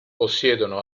possiedono